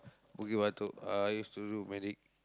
Bukit-Batok uh used to do medic